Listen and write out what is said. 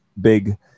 big